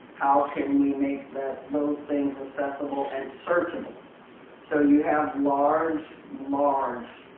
how can we make those things accessible and searchable so you have large, large,